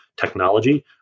technology